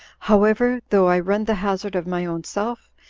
however, though i run the hazard of my own self,